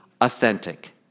authentic